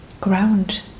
Ground